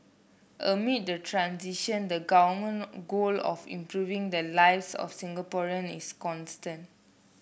amid the transition the government goal of improving the lives of Singaporean is constant